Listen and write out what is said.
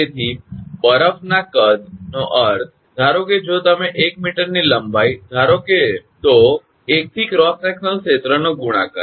તેથી બરફના કદવોલ્યુમનો અર્થ ધારો કે જો તમે 1 મીટરની લંબાઈ ધારો તો 1 થી ક્રોસ સેકશનલ ક્ષેત્રનો ગુણાકાર